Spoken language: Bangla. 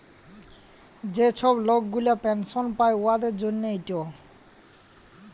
যে ছব লক গুলা পেলসল পায় উয়াদের জ্যনহে ইট